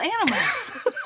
animals